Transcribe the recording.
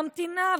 ממתינה,